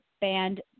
band